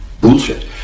bullshit